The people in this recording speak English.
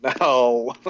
No